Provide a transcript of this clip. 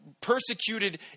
Persecuted